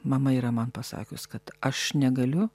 mama yra man pasakius kad aš negaliu